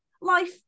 life